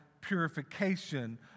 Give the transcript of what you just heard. purification